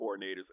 coordinators